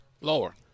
Lower